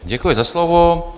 Děkuji za slovo.